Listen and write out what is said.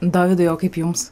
dovydai o kaip jums